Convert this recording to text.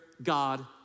God